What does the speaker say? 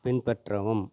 பின்பற்றவும்